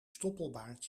stoppelbaard